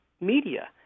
media